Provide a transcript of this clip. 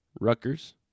Rutgers